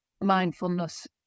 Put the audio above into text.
mindfulness